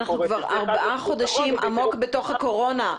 אנחנו כבר ארבעה חודשים עמוק בתוך הקורונה.